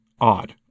odd